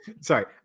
Sorry